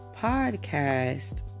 podcast